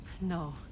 No